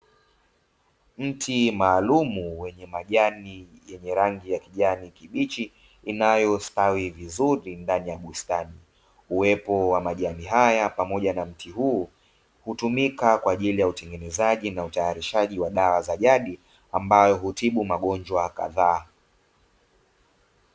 Mti maalum wenye majani yenye rangi ya kijani kibichi inayostawi vizuri ndani ya bustani, uwepo wa majani haya pamoja na mti huu hutumika kwaajili ya utengenezaji na utayarishaji wa dawa za jadi ambayo hutibu magonjwa kadhaa.